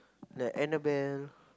like Annabelle